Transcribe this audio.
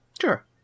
sure